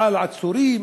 עצורים,